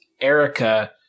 Erica